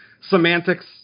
semantics